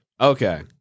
Okay